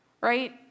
right